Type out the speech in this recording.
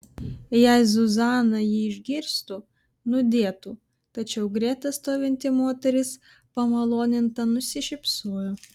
jei zuzana jį išgirstų nudėtų tačiau greta stovinti moteris pamaloninta nusišypsojo